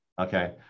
Okay